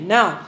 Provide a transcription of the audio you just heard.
Now